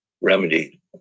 remedy